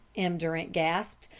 m. durant gasped,